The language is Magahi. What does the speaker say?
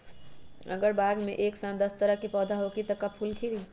अगर बाग मे एक साथ दस तरह के पौधा होखि त का फुल खिली?